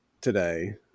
today